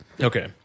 Okay